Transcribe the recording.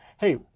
hey